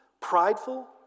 prideful